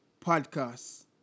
podcast